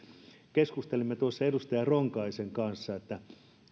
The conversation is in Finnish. keskustelimme tuossa edustaja ronkaisen kanssa siitä että